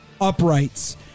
uprights